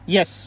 Yes